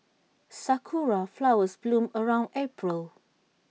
Sakura Flowers bloom around April